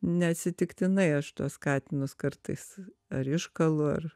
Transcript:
neatsitiktinai aš tuos katinus kartais ar iškalu ar